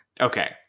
Okay